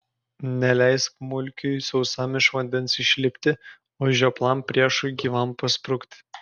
neleisk mulkiui sausam iš vandens išlipti o žioplam priešui gyvam pasprukti